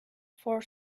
for